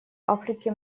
африке